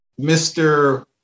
Mr